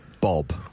Bob